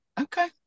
Okay